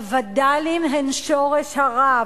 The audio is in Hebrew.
הווד"לים הם שורש הרע,